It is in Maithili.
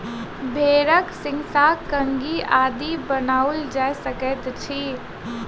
भेंड़क सींगसँ कंघी आदि बनाओल जा सकैत अछि